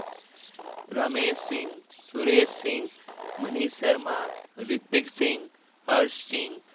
Ramesh Singh Suresh Singh Manish Sharma Hrithik Singh Harsh Singh